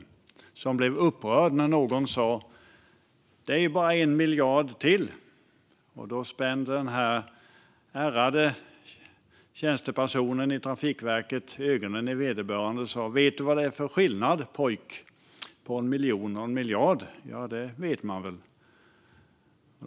Tjänstemannen blev upprörd när någon sa: Det är ju bara en miljard till! Då spände den ärrade tjänstemannen ögonen i vederbörande och sa: Vet du vad det är för skillnad på en miljon och en miljard, pojk? Det vet man väl, tänkte jag.